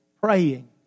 praying